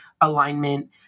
alignment